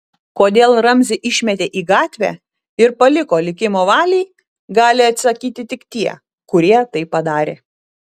kodėl ramzį išmetė į gatvę ir paliko likimo valiai gali atsakyti tik tie kurie tai padarė